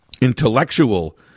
intellectual